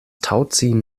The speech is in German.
tauziehen